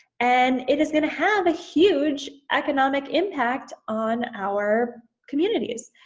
and it is gonna have a huge economic impact on our communities.